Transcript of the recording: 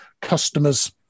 customers